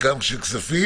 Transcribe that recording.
וגם של כספים?